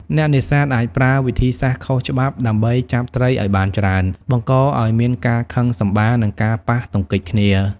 អ្នកនេសាទអាចប្រើវិធីសាស្រ្តខុសច្បាប់ដើម្បីចាប់ត្រីឱ្យបានច្រើន បង្កឱ្យមានការខឹងសម្បារ និងការប៉ះទង្គិចគ្នា។